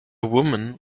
woman